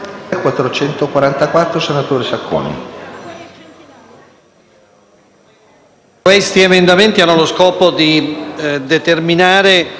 questi emendamenti hanno lo scopo di determinare una data di scadenza delle dichiarazioni anticipate di trattamento e delle loro relative disposizioni,